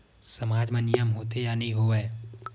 सामाज मा नियम होथे या नहीं हो वाए?